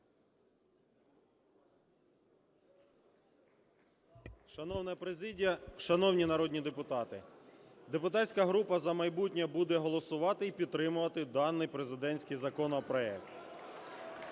Шановна президія, шановні народні депутати! Депутатська група "За майбутнє" буде голосувати і підтримувати даний президентський законопроект.